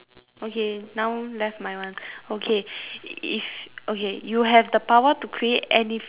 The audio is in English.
okay now left my one okay if okay you have the power to create any